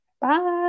bye